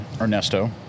Ernesto